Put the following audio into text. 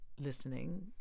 listening